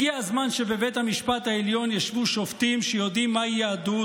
הגיע הזמן שבבית המשפט העליון ישבו שופטים שיודעים מהי יהדות